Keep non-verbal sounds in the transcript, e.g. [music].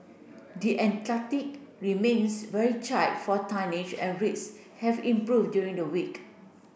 the [unintelligible] remains very [unintelligible] for tonnage and rates have improved during the week